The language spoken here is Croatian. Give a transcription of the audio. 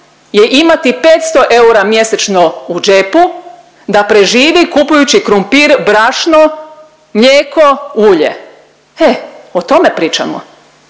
je imati 500 eura mjesečno u džepu da preživi kupujući krumpir, brašno, mlijeko, ulje. E, o tome pričamo